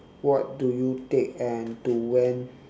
what do you take and to when